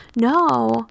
no